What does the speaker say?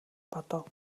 бодов